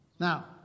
Now